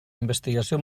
investigació